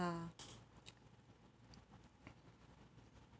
ah